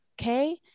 okay